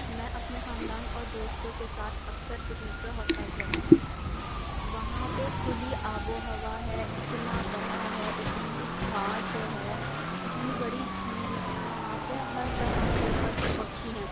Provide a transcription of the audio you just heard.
میں اپنے خاندان اور دوستوں کے ساتھ اکثر پِکنک پہ حوض خاص جاتی ہوں وہاں پہ کھلی آب و ہوا ہے اتنا بڑا ہے اتنی گھاس ہے اتنی بڑی جھیل ہے وہاں پہ ہر طرح کے پشو پکشی ہیں